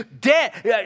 debt